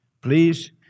please